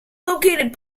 located